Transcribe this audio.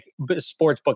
sportsbook